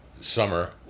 summer